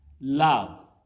love